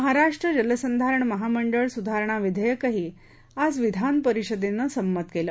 महाराष्ट्र जलसंधारण महामंडळ सुधारणा विधेयकही आज विधानपरिषदेनं संमत केलं